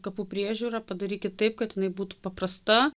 kapų priežiūra padarykit taip kad jinai būtų paprasta